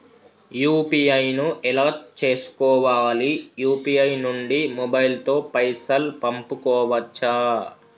UPI ను ఎలా చేస్కోవాలి యూ.పీ.ఐ నుండి మొబైల్ తో పైసల్ పంపుకోవచ్చా?